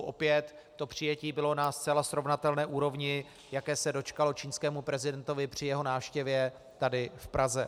Opět to přijetí bylo na zcela srovnatelné úrovni, jaké se dostalo čínskému prezidentovi při jeho návštěvě tady v Praze.